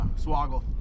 Swoggle